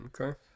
Okay